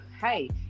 hey